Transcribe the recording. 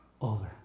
over